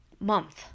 month